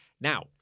Now